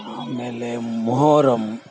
ಆಮೇಲೆ ಮೊಹರಮ್